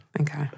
Okay